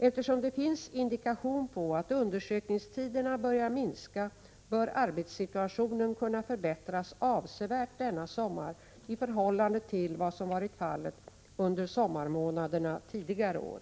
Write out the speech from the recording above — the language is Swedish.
Eftersom det finns indikation på att undersökningstiderna börjar minska bör arbetssituationen kunna förbättras avsevärt denna sommar i förhållande till vad som varit fallet under sommarmånaderna tidigare år.